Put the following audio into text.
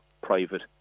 private